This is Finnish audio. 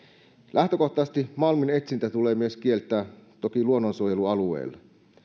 lähtökohtaisesti malminetsintä tulee toki myös kieltää luonnonsuojelualueilla